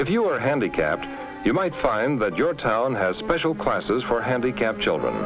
if you are handicapped you might find that your town has special classes for handicapped children